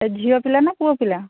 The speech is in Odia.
ଏ ଝିଅ ପିଲା ନାଁ ପୁଅ ପିଲା